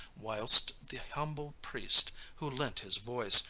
whilst the humble priest, who lent his voice,